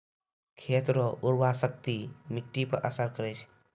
खेत रो उर्वराशक्ति मिट्टी पर असर करै छै